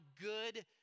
good